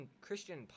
Christian